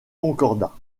concordat